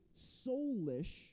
soulish